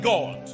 God